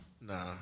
Nah